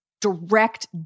direct